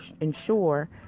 ensure